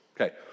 Okay